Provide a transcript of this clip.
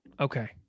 Okay